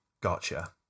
Gotcha